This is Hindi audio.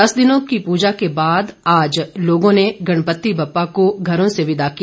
दस दिनों की पूजा के बाद आज लोगों ने गणपति बप्पा को घरों से विदा किया